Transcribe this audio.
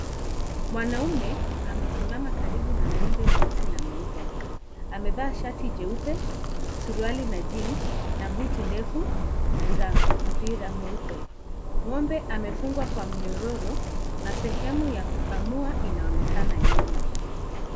Mwanaume, amesimama karibu na ng'ombe mweusi na mweupe. Amevaa shati jeupe, suruali na cs(jeans) na buti ndefu za mpira mweupe . Ng'ombe amefungwa kwa mnyororo na sehemu ya kukamua inaonekana nyuma.